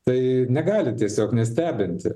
tai negali tiesiog nestebinti